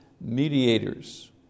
mediators